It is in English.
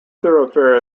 thoroughfare